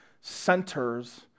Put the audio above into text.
centers